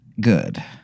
good